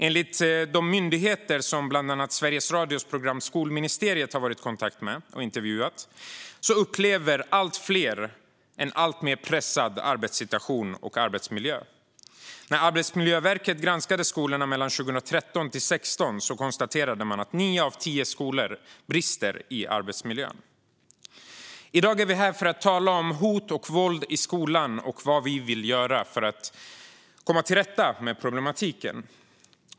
Enligt de myndigheter som bland andra Sveriges Radios program Skolministeriet har talat med upplever allt fler en alltmer pressad situation och arbetsmiljö. När Arbetsmiljöverket granskade skolorna mellan 2013 och 2016 konstaterade man att nio av tio skolor hade brister i arbetsmiljön. I dag är vi här för att tala om hot och våld i skolan och vad vi vill göra för att komma till rätta med problematiken.